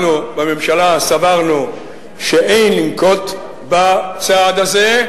אנחנו בממשלה סברנו שאין לנקוט את הצעד הזה,